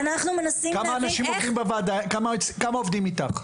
כמה עובדים איתך?